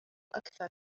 أكثر